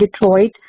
Detroit